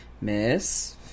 Miss